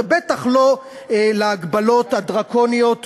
ובטח לא להגבלות הדרקוניות